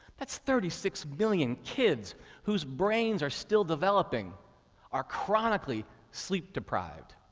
that's thirty six million kids whose brains are still developing are chronically sleep deprived.